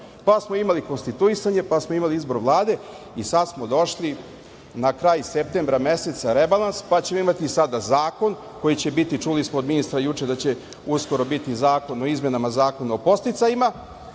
pa smo imali konstituisanje, pa smo imali izbor Vlade i sad smo došli na kraj septembra meseca rebalans, pa ćemo imati sada zakon, koji će biti, čuli smo od ministra juče da će uskoro biti zakon o izmenama Zakona o podsticajima,